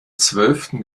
zwölften